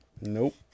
Nope